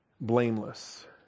blameless